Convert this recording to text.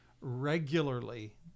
regularly